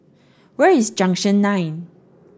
where is Junction nine